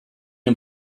him